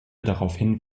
daraufhin